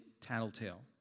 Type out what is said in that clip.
tattletale